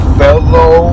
fellow